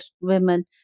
women